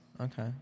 Okay